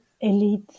elite